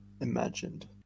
imagined